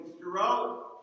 throughout